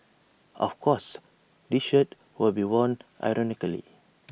of course this shirt will be worn ironically